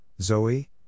Zoe